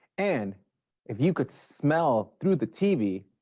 and if you could smell through the tv,